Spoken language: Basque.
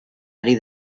ari